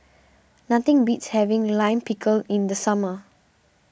nothing beats having Lime Pickle in the summer